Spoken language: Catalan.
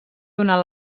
donar